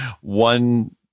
one